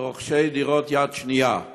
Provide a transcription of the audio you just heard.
לרוכשי דירות יד-שנייה.